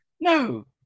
No